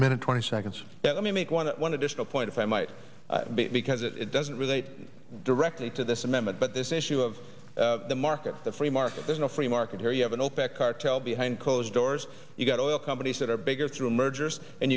minute twenty seconds that let me make one one additional point if i might because it doesn't relate directly to this amendment but this issue of the markets the free market there's no free market here you have an opec cartel behind closed doors you've got oil companies that are bigger through mergers and